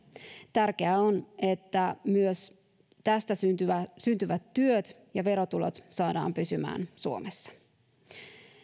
tärkeää on että myös tästä syntyvät syntyvät työt ja verotulot saadaan pysymään suomessa